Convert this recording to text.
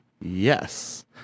yes